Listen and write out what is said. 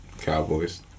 Cowboys